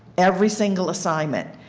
every single assignment.